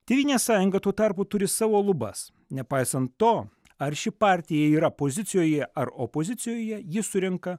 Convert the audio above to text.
tėvynės sąjunga tuo tarpu turi savo lubas nepaisant to ar ši partija yra pozicijoje ar opozicijoje ji surenka